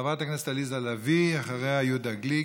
חברת הכנסת עליזה לביא, ואחריה, יהודה גליק.